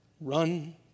Run